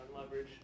leverage